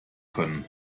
können